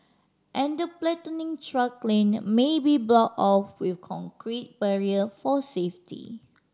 and the platooning truck lane may be blocked off with concrete barrier for safety